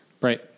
Right